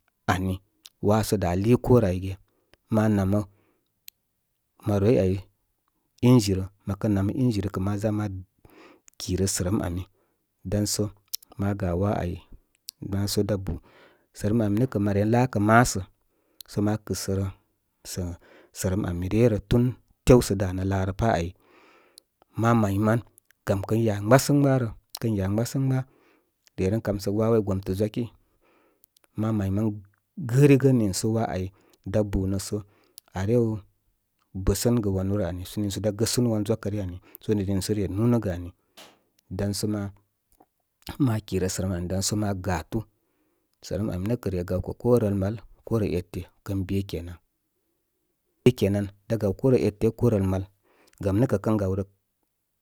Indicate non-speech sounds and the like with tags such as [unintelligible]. Ani, waa sə da’ lii korə áy ge. Ma namə maroroi áy inqi rə. Mən namə ingi, rə kə̍ ma ʒa ma kirə sərəm ami dam sə ma ga waa áy ma sə da’ bu. Sə rəm ami nə̀ kə̍ mə re laakə’ maasə̀ sə’ ma kɨsərə sə’ sərəm ami ryə rə, tun tew sə’ da’ na’ laarə pá āy. Ma, mayman gam kən ya gɓa’sə’ngɓa’rə. Kən ya gɓasəŋgɓa’ re ren kam sə gə waa wow áy gomtə ʒwaki. Ma mayman gərigə niŋ sə waa áy da bunə sə arew bəsənəgə wanu rə ani nisə da’ gəsunu wan zwakə ryə aui. Nììsə re nunəgə aui. Dan so ma ma kirə sərəm ami, dan so ma gatu. Sərəm ami nə́ kə̀ re gaw kə ko rəl mal, ko rə ete. Kən be kenan. [unintelligible] da gaw rə ete’ ko rə mal. Gamnə’ kə’ kən gawro.